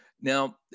Now